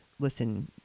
Listen